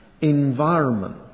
environment